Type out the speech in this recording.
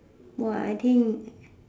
!wah! I think